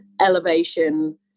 elevation